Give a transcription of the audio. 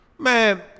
Man